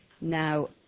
now